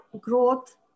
growth